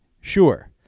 sure